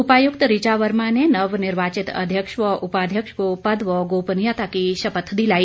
उपायुक्त रिचा वर्मा ने नवनिर्वाचित अध्यक्ष व उपाध्यक्ष को पद व गोपनीयता की शपथ दिलाई